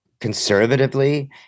conservatively